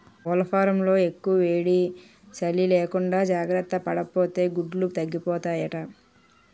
కోళ్లఫాంలో యెక్కుయేడీ, సలీ లేకుండా జార్తపడాపోతే గుడ్లు తగ్గిపోతాయట